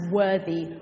worthy